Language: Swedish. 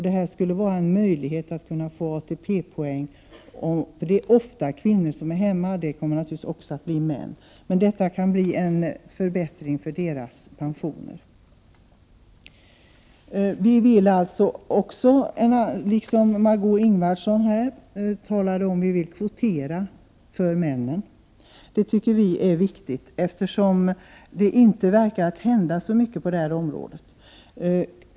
Det här skulle då vara en möjlighet för dessa kvinnor att kunna få ATP-poäng. Det är ofta kvinnor som är hemma. Det kommer naturligtvis också att bli män. Detta kan emellertid medföra en förbättring av deras pensioner. Liksom Margö Ingvardsson vill vi kvotera för männen. Det tycker vi är viktigt, eftersom det inte verkar hända så mycket på detta område.